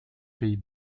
pays